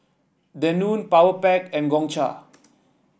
Danone Powerpac and Gongcha